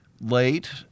late